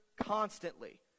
constantly